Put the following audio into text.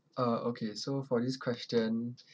uh okay so for this question